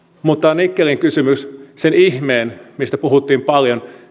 mutta nikkelin ollessa kysymyksessä sen ihmeen mistä puhuttiin paljon